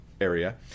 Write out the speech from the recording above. area